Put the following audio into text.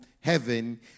heaven